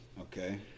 Okay